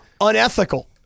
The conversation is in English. unethical